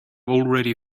already